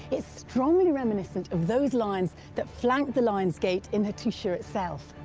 it's strongly reminiscent of those lions that flanked the lion's gate in hattusha itself.